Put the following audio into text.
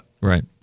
Right